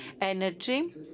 energy